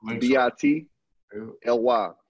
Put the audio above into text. B-I-T-L-Y